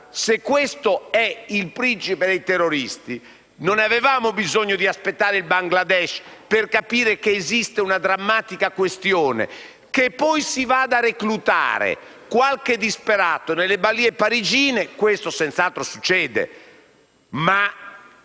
per il principe dei terroristi, non avevamo certo bisogno di aspettare il Bangladesh per capire che esiste una questione drammatica. Che poi si vada a reclutare qualche disperato nelle *banlieue* parigine, questo senz'altro succede. Ma